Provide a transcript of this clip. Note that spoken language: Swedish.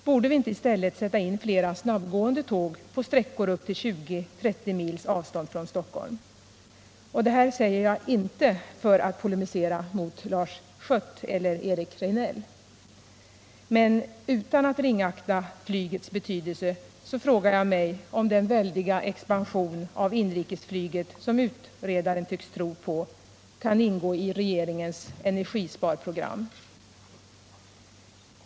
Borde vi inte i stället sätta in fler snabbgående tåg på sträckor upp till 20-30 mils avstånd från Stockholm? Det här säger jag inte för att polemisera mot Lars Schött eller Eric Rejdnell, men utan att ringakta flygets betydelse frågar jag mig om den väldiga expansion av inrikesflyget som utredaren tycks tro på kan ingå i regeringens energisparprogram.